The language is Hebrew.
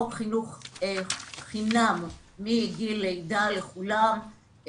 חוק חינוך חינם מגיל לידה לכולם,